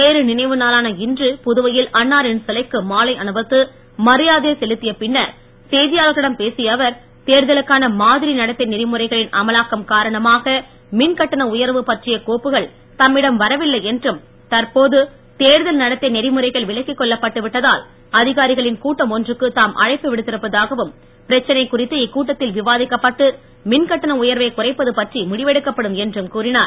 நேரு நினைவுநாளான இன்று புதுவையில் அன்னாரின் சிலைக்கு மாலை அணிவித்து மரியாதை செலுத்திய பின்னர் செய்தியாளர்களிடம் பேசிய அவர் தேர்தலுக்கான மாதிரி நடத்தை நெறிமுறைகளின் அமலாக்கம் காரணமாக மின்கட்டண உயர்வு பற்றிய கோப்புக்கள் தம்மிடம் வரவில்லை என்றும் தற்போது தேர்தல் நடத்தை நெறிமுறைகள் விலக்கிக் கொள்ளப் பட்டுவிட்டதால் அதிகாரிகளின் கூட்டம் ஒன்றுக்கு தாம் அழைப்பு விடுத்திருப்பதாகவும் பிரச்னை குறித்து இக்கூட்டத்தில் விவாதிக்கப்பட்டு மின்கட்டண உயர்வை குறைப்பது பற்றி முடிவெடுக்கப்படும் என்றும் கூறினார்